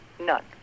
None